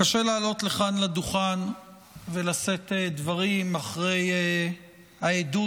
קשה לעלות לכאן לדוכן ולשאת דברים אחרי העדות